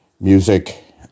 music